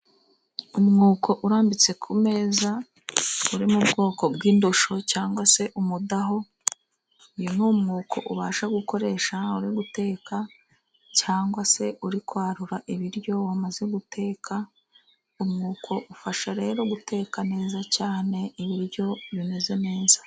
Umwuko urambitse ku meza uri mu bwoko bw'indosho cyangwa se umudaho, uyu ni umwuko ubasha gukoresha uri guteka cyangwa se uri kwarura ibiryo wamaze guteka, umwuko ufasha rero guteka neza cyane ibiryo bimeze neza.